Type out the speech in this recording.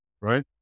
Right